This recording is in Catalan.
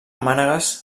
mànegues